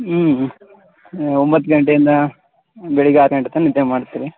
ಹ್ಞೂ ಒಂಬತ್ತು ಗಂಟೆಯಿಂದ ಬೆಳಿಗ್ಗೆ ಆರು ಗಂಟೆ ತನಕ ನಿದ್ದೆ ಮಾಡ್ತಿರಿ